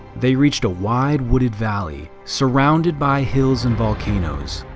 they reached a wide wooded valley surrounded by hills and volcanoes.